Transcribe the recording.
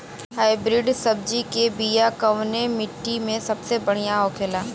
Hybrid सब्जी के बिया कवने मिट्टी में सबसे बढ़ियां होखे ला?